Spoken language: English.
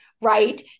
right